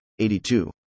82